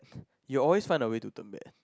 you will always find a way to turn bad